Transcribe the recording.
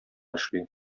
эшли